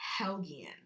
Helgian